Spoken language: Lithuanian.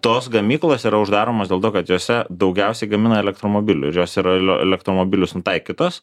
tos gamyklos yra uždaromos dėl to kad jose daugiausiai gamina elektromobilių ir jos yra į elektromobilius nutaikytos